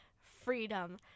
Freedom